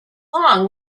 long